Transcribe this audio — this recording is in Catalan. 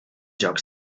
jocs